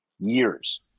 years